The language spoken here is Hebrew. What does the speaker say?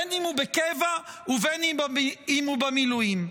בין שהוא בקבע ובין שהוא במילואים.